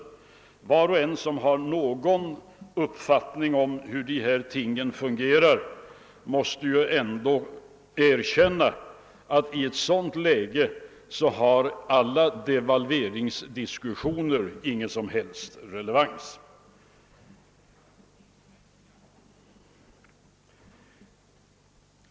Var och en som har någon uppfattning om hur dessa ting fungerar måste erkänna att i nuvarande läge saknar devalveringsdiskussioner all relevans.